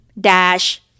dash